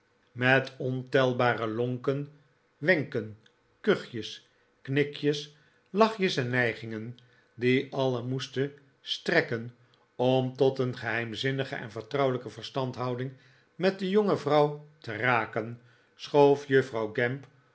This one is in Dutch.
met ontelbare lonken wenken kuchjes knikjes lachjes en nijgingeri die alien moesten strekken om tot een geheimzinnige en vertrouwelijke verstandhouding met de jonge vrouw te raken schoof juffrouw gamp